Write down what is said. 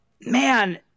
Man